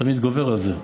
זה תמיד גובר על זה.